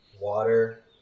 Water